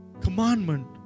commandment